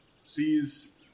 sees